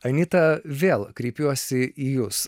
anyta vėl kreipiuosi į jus